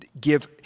give